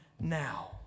now